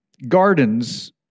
Gardens